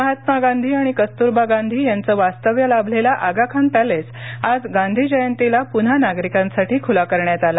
महात्मा गांधी आणि कस्तरबा गांधी यांचे वास्तव्य लाभलेला आगाखान पॅलेस आज गांधी जयंतीला पुन्हा नागरिकांसाठी खुला करण्यात आला